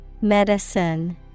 Medicine